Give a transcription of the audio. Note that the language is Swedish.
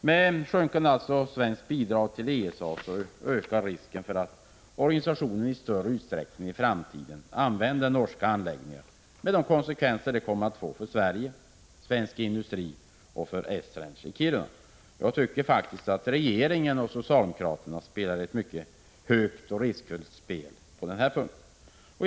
Med sjunkande svenskt bidrag till ESA ökar risken för att organisationen i större utsträckning använder norska anläggningar med de konsekvenser detta får för Sverige, för svensk industri och för Esrange i Kiruna. Jag tycker att regeringen och socialdemokraterna spelar ett mycket högt och riskfyllt spel på den här punkten.